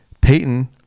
Peyton